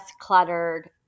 cluttered